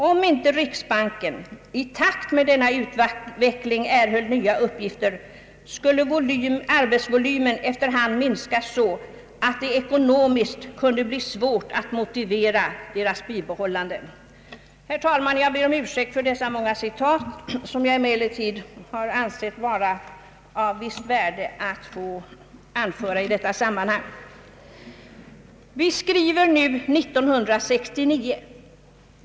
Om ej riksbanken i takt med denna utveckling erhöll nya uppgifter, skulle arbetsvolymen efter hand minska så, att det ekonomiskt kunde bli svårt att motivera deras behållande.» Herr talman, jag ber om ursäkt för dessa långa citat, som jag emellertid ansett det vara av visst värde att få anföra i detta sammanhang. Vi skriver nu 1969.